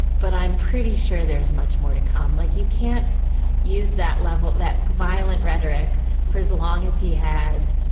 but i'm pretty sure there's much more to come. like you can't use that level, that violent rhetoric for as long as he has.